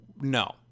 No